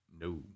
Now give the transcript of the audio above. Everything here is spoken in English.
no